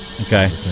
Okay